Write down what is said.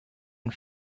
and